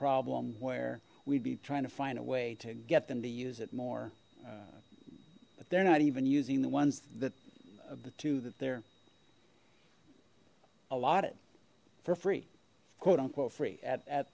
problem where we'd be trying to find a way to get them to use it more but they're not even using the ones that of the two that they're allotted for free quote unquote free